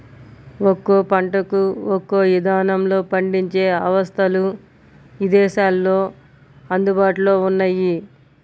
ఒక్కో పంటకు ఒక్కో ఇదానంలో పండించే అవస్థలు ఇదేశాల్లో అందుబాటులో ఉన్నయ్యి